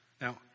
Now